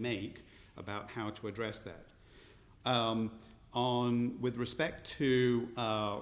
make about how to address that on with respect to